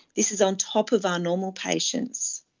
this is on top of our normal patients,